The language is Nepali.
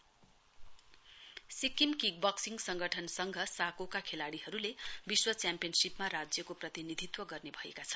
किकबक्सिङ सिक्किम किकबक्सिङ संगठन संघ साकोका खेलाड़ीहरूले विश्व च्याम्पियनशीपमा राज्यको प्रतिनिधित्व गर्ने भएका छन्